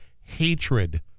hatred